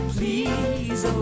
Please